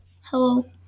Hello